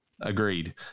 Agreed